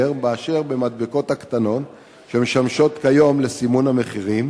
מאשר במדבקות הקטנות שמשמשות כיום לסימון המחירים,